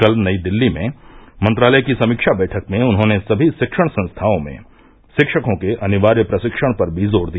कल नई दिल्ली में मंत्रालय की समीक्षा बैठक में उन्होंने सभी शिक्षण संस्थाओं में शिक्षकों के अनिवार्य प्रशिक्षण पर भी जोर दिया